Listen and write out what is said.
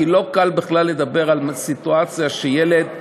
כי לא קל בכלל לדבר על סיטואציה שילד רוצח,